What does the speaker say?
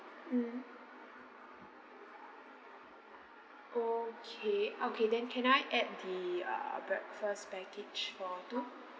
mm okay okay then can I add the uh breakfast package for two